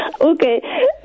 Okay